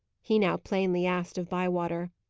he now plainly asked of bywater.